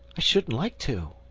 i shouldn't like to.